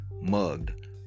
Mugged